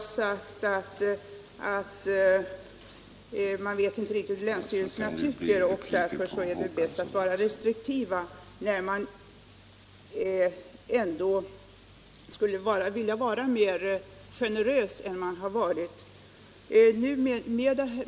Man vet inte riktigt vad länsstyrelserna tycker och anser därför att det är bäst att vara restriktiv, trots att man skulle vilja vara mer generös än man har varit.